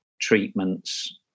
treatments